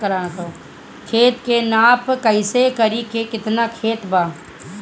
खेत के नाप कइसे करी की केतना खेत बा?